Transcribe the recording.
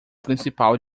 principal